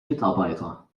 mitarbeiter